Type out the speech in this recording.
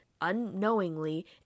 unknowingly